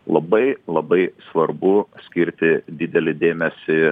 labai labai svarbu skirti didelį dėmesį